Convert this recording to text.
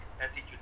attitude